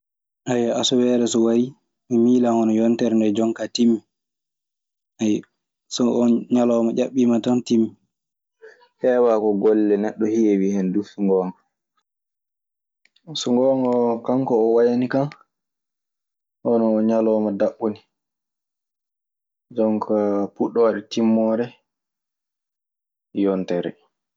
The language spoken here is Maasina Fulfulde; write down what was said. Haya, asaweere so warii hono yontere ndee jonkaa timmi. Ayyo, so oon ñalawma ƴaɓɓiima tan timmii. Heewaa ko golle neɗɗo heewi hen duu, so ngoonga. So ngoongaa kanko o wayanii kan hono mo ñalawma daɓɓo ni. Jonkaa puɗɗoore timmoore yontere.